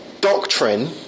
doctrine